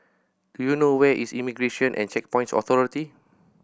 do you know where is Immigration and Checkpoints Authority